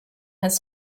has